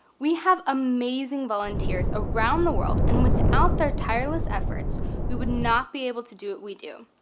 we have amazing volunteers around the world and without their tireless efforts we would not be able to do what we do.